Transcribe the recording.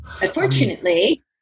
Unfortunately